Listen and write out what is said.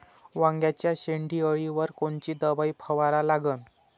वांग्याच्या शेंडी अळीवर कोनची दवाई फवारा लागन?